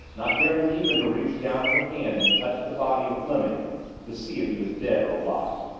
not daring even to reach down with her hand and touch the body of fleming to see if he was dead or alive.